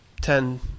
Ten